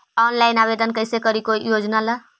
Online आवेदन कैसे करी कोई योजना ला?